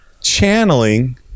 channeling